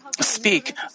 speak